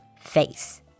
face